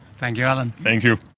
thank you alan. thank you.